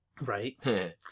Right